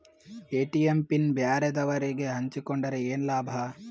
ATM pin ಬ್ಯಾರೆದವರಗೆ ಹಂಚಿಕೊಂಡರೆ ಏನು ಲಾಭ?